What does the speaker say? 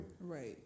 Right